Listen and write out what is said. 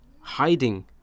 hiding